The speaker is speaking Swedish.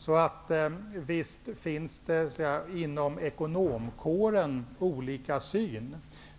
Så visst finns det olika synsätt inom ekonomkåren.